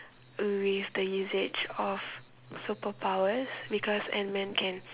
waste the usage of superpowers because ant man can